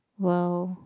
!wow!